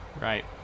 right